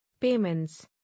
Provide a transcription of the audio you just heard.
payments